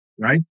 Right